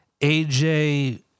AJ